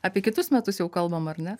apie kitus metus jau kalbam ar ne